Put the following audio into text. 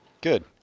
Good